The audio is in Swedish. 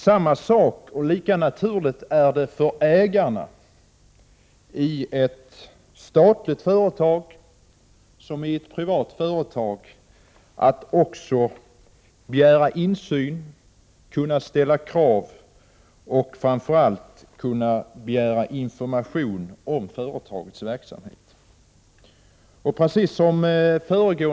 Det är lika naturligt för ägarna i ett statligt företag som i ett privat att ställa krav och begära insyn i och information om företagets verksamhet.